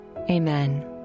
Amen